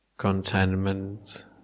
contentment